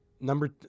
Number